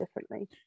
differently